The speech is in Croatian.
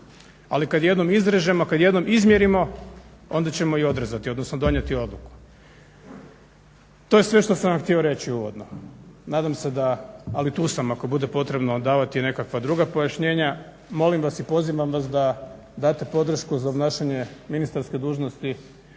Ali kada jednom izrežemo, kada jednom izmjerimo onda ćemo i odrezati odnosno donijeti odluku. To je sve što sam vam htio reći uvodno. Nadam se da ali tu sam ako bude potrebno davati nekakva druga pojašnjenja. Molim vas i pozivam vas da date podršku za obnašanje ministarske dužnosti